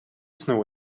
snow